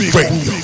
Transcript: Radio